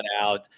out